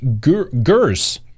Gers